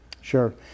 sure